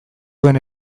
duen